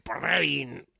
brain